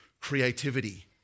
creativity